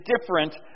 different